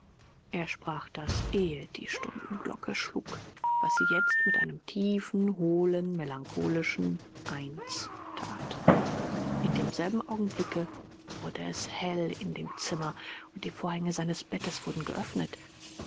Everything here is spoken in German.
er sprach das ehe die stundenglocke schlug was sie jetzt mit einem tiefen hohlen melancholischen eins that in demselben augenblicke wurde es hell in dem zimmer und die vorhänge seines bettes wurden geöffnet